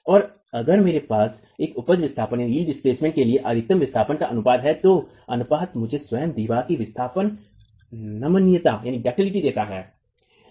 और अगर मेरे पास अब उपज विस्थापन के लिए अधिकतम विस्थापन का अनुपात है तो अनुपात मुझे स्वयं दीवार की विस्थापन नमनीयता देता है